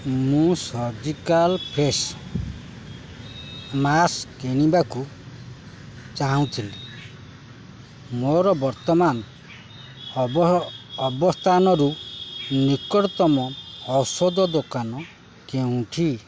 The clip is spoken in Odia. ମୁଁ ସର୍ଜିକାଲ୍ ଫେସ୍ ମାସ୍କ କିଣିବାକୁ ଚାହୁଁଥିଲି ମୋର ବର୍ତ୍ତମାନ ଅବସ୍ଥାନରୁ ନିକଟତମ ଔଷଧ ଦୋକାନ କେଉଁଟି